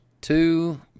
two